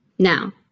Now